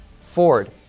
Ford